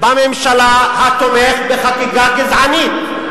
בממשלה התומך בחקיקה גזענית.